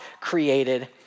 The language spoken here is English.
created